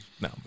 No